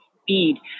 speed